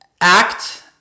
act